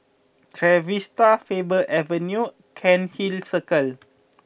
Trevista Faber Avenue Cairnhill Circle